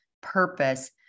purpose